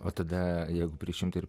o tada jeigu trisdešimt ir